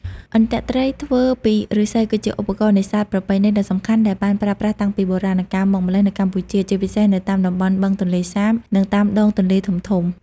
អន្ទាក់ត្រីធ្វើពីឫស្សី គឺជាឧបករណ៍នេសាទប្រពៃណីដ៏សំខាន់ដែលបានប្រើប្រាស់តាំងពីបុរាណកាលមកម្ល៉េះនៅកម្ពុជា ជាពិសេសនៅតាមតំបន់បឹងទន្លេសាប និងតាមដងទន្លេធំៗ។